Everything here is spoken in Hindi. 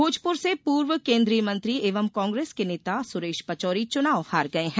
भोजपुर से पूर्व केंद्रीय मंत्री एवं कांग्रेस के नेता सुरेश पचौरी चुनाव हार गये हैं